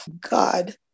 God